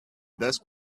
desk